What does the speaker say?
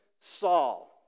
Saul